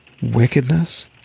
Wickedness